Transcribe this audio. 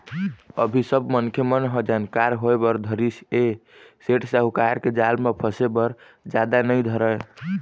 अभी सब मनखे मन ह जानकार होय बर धरिस ऐ सेठ साहूकार के जाल म फसे बर जादा नइ धरय